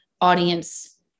audience